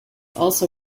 also